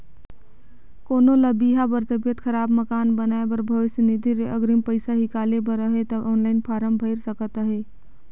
कोनो ल बिहा बर, तबियत खराब, मकान बनाए बर भविस निधि ले अगरिम पइसा हिंकाले बर अहे ता ऑनलाईन फारम भइर सकत अहे